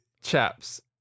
chaps